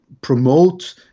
promote